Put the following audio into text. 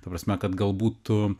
ta prasme kad galbūt tu